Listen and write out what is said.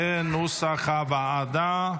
כנוסח הוועדה.